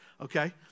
Okay